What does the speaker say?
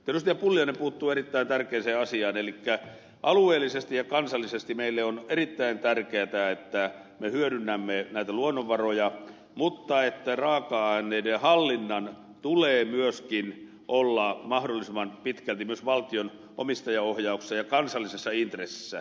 pulliainen puuttui erittäin tärkeään asiaan elikkä alueellisesti ja kansallisesti meille on erittäin tärkeätä että me hyödynnämme näitä luonnonvaroja mutta että raaka aineiden hallinnan tulee myöskin olla mahdollisimman pitkälti valtion omistajaohjauksessa ja kansallisessa intressissä